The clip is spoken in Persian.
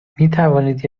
میتوانید